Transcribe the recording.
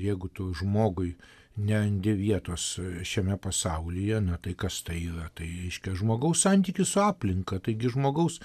jeigu tu žmogui nerandi vietos šiame pasaulyje na tai kas tai yra tai reiškia žmogaus santykis su aplinka taigi žmogaus